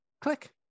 click